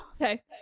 Okay